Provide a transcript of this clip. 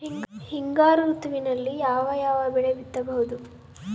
ಹಿಂಗಾರು ಋತುವಿನಲ್ಲಿ ಯಾವ ಯಾವ ಬೆಳೆ ಬಿತ್ತಬಹುದು?